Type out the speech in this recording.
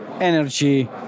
energy